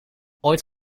ooit